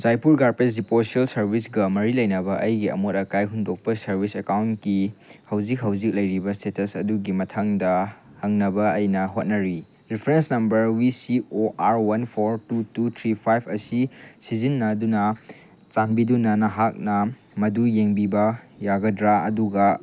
Jaipur garbage deposition ꯁꯥꯔꯕꯤꯁꯀ ꯃꯔꯤ ꯂꯩꯅꯕ ꯑꯩꯒꯤ ꯑꯃꯣꯠ ꯑꯀꯥꯏ ꯍꯨꯟꯗꯣꯛꯄ ꯁꯥꯔꯕꯤꯁ ꯑꯦꯛꯀꯥꯎꯟꯀꯤ ꯍꯧꯖꯤꯛ ꯍꯧꯖꯤꯛ ꯂꯩꯔꯤꯕ ꯏꯁꯇꯦꯇꯁ ꯑꯗꯨꯒꯤ ꯃꯊꯪꯗ ꯈꯪꯅꯕ ꯑꯩꯅ ꯍꯣꯠꯅꯔꯤ reference number V C O R one four two two three five ꯑꯁꯤ ꯁꯤꯖꯤꯟꯅꯗꯨꯅ ꯆꯥꯟꯕꯤꯗꯨꯅ ꯅꯍꯥꯛꯅ ꯃꯗꯨ ꯌꯦꯡꯕꯤꯕ ꯌꯥꯒꯗ꯭ꯔꯥ ꯑꯗꯨꯒ